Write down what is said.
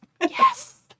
Yes